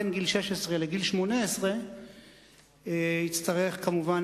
בין גיל 16 לגיל 18 יהיה צורך כמובן